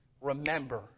Remember